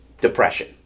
depression